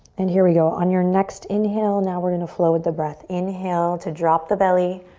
and here we go, on your next inhale now we're gonna flow with the breath. inhale to drop the belly.